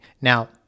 Now